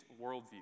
worldview